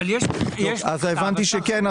הבנתי שכן,